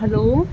hello